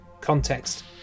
Context